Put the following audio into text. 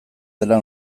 dela